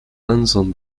anson